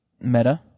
Meta